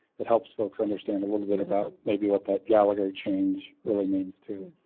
that helps folks understand a little bit about maybe what that gallagher change really means too.